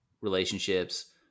relationships